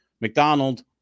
McDonald